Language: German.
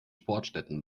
sportstätten